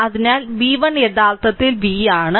അതിനാൽ v1 യഥാർത്ഥത്തിൽ v ആണ്